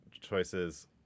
choices